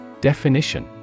DEFINITION